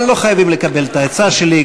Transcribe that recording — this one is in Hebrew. אבל לא חייבים לקבל את העצה שלי,